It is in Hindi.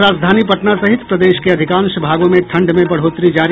और राजधानी पटना सहित प्रदेश के अधिकांश भागों में ठंड में बढ़ोत्तरी जारी